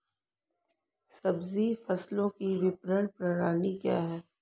सब्जी फसलों की विपणन प्रणाली क्या है?